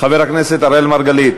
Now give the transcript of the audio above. חבר הכנסת אראל מרגלית,